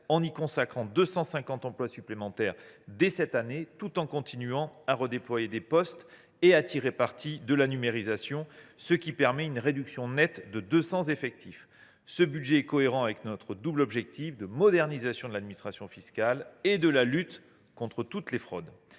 pourvoyons de 250 emplois supplémentaires dès cette année, tout en continuant à redéployer des postes et à tirer parti de la numérisation, ce qui permet une réduction nette de 200 effectifs. Ce budget est donc cohérent avec notre double objectif de modernisation de l’administration fiscale et de lutte contre toutes les fraudes,